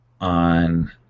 on